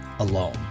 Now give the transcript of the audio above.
alone